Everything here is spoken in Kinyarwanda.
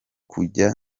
kujya